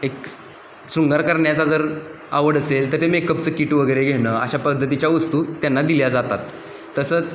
एक सुंदर करण्याचा जर आवड असेल तर ते मेकअपचं कीट वगैरे घेणं अशा पद्धतीच्या वस्तू त्यांना दिल्या जातात तसंच